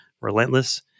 Relentless